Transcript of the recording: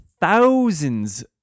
thousands